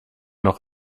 noch